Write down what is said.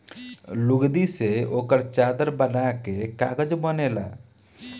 लुगदी से ओकर चादर बना के कागज बनेला